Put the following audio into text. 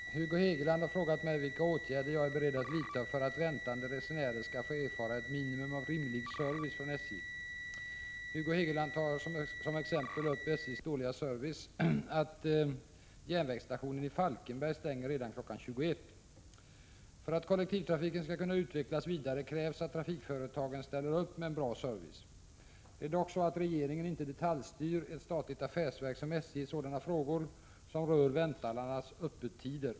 Fru talman! Hugo Hegeland har frågat mig vilka åtgärder jag är beredd att vidta för att väntande resenärer skall få erfara ett minimum av rimlig service från SJ. Hugo Hegeland tar upp som exempel på SJ:s dåliga service att järnvägsstationen i Falkenberg stänger redan kl. 21.00. För att kollektivtrafiken skall kunna utvecklas vidare krävs att trafikföretagen ställer upp med en bra service. Det är dock så att regeringen inte detaljstyr ett statligt affärsverk som SJ i sådana frågor som rör vänthallarnas öppettider.